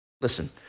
Listen